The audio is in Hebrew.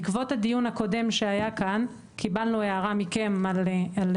בעקבות הדיון הקודם שהיה כאן קיבלנו הערה מכם לגבי